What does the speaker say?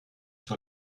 sur